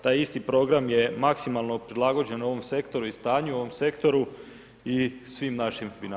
Taj isti program je maksimalno prilagođen ovom sektoru i stanju u ovom sektoru i svim našim vinarima.